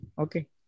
Okay